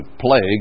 plague